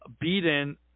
beaten